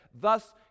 Thus